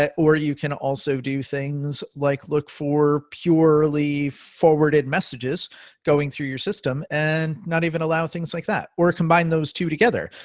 or you can also do things like look for purely forwarded messages going through your system and not even allow things like that. or combine those two together.